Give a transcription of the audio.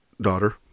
daughter